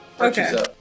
Okay